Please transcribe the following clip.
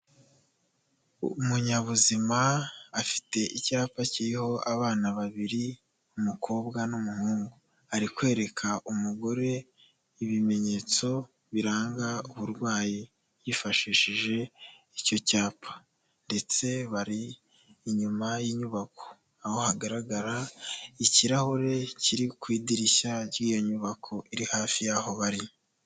Umunyabuzima afite icyapa kiriho abana babiri, umukobwa n'umuhungu, ari kwereka umugore ibimenyetso biranga uburwayi, yifashishije icyo cyapa ndetse bari inyuma y'inyubako, aho hagaragara ikirahure kiri ku idirishya ry'iyo nyubako iri hafi yaho bari.